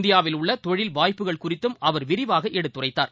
இந்தியாவில் உள்ள தொழில் வாய்ப்புகள் குறித்தும் அவர் விரிவாக எடுத்துரைத்தார்